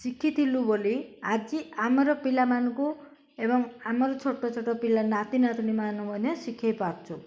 ଶିଖିଥିଲୁ ବୋଲି ଆଜି ଆମର ପିଲାମାନଙ୍କୁ ଏବଂ ଆମର ଛୋଟ ଛୋଟ ପିଲା ନାତି ନାତୁଣୀ ମାନ ମଧ୍ୟ ଶିଖେଇ ପାରୁଛୁ